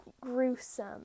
gruesome